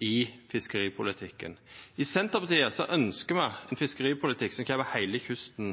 i fiskeripolitikken. I Senterpartiet ønskjer me ein fiskeripolitikk som kjem heile kysten